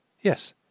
Yes